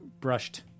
brushed